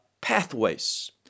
pathways